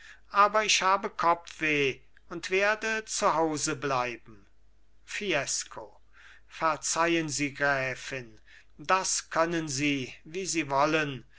aber ich habe kopfweh und werde zu hause bleiben fiesco verzeihen sie gräfin das können sie wie sie wollen